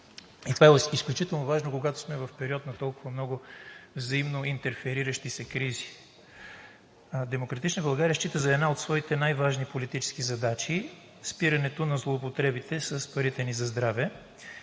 И това е изключително важно, когато сме в период на толкова много взаимно интерфериращи се кризи. „Демократична България“ счита за една от своите най важни политически задачи спирането на злоупотребите с парите ни за здраве.